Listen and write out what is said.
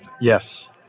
Yes